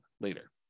later